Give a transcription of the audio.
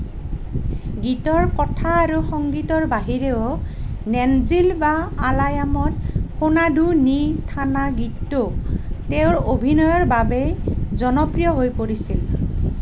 গীতৰ কথা আৰু সংগীতৰ বাহিৰেও নেঞ্জিল বা আলায়ামত সোনাধু নী থানা গীতটো তেওঁৰ অভিনয়ৰ বাবেই জনপ্ৰিয় হৈ পৰিছিল